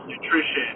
nutrition